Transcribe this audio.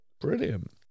Brilliant